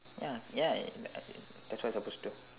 ya ya uh that's what you're supposed to